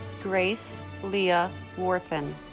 grace leah warthen